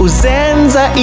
Uzenza